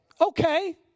Okay